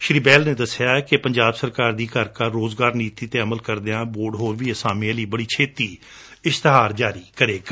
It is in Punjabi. ਸ੍ਰੀ ਬਹਿਲ ਨੇ ਦਸਿਆ ਕਿ ਪੰਜਾਬ ਸਰਕਾਰ ਦੀ ਘਰ ਘਰ ਰੋਜ਼ਗਾਰ ਨੀਤੀ ਤੇ ਅਮਲ ਕਰਦਿਆ ਬੋਰਡ ਹੋਰ ਅਸਾਮੀਆ ਲਈ ਵੀ ਛੇਤੀ ਹੀ ਇਸਤੇਹਾਰ ਜਾਰੀ ਕਰੇਗਾ